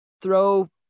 throw